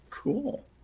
Cool